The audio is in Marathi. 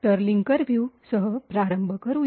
तर लिंकर व्यू सह प्रारंभ करूया